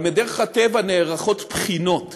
אבל בדרך הטבע נערכות בחינות